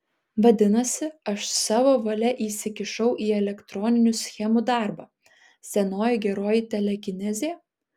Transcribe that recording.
vadinasi aš savo valia įsikišau į elektroninių schemų darbą senoji geroji telekinezė